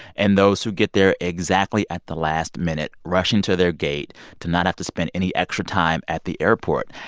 and those who get there exactly at the last minute, rushing to their gate to not have to spend any extra time at the airport.